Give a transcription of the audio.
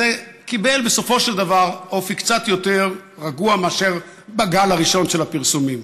זה קיבל בסופו של דבר אופי קצת יותר רגוע מאשר בגל הראשון של הפרסומים,